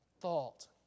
thought